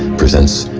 presents.